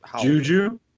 Juju